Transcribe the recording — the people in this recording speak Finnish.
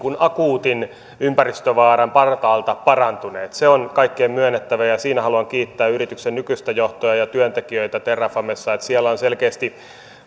akuutin ympäristövaaran partaalta parantuneet se on kaikkien myönnettävä ja siitä haluan kiittää yrityksen nykyistä johtoa ja työntekijöitä terrafamessa että siellä on selkeästi